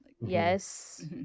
Yes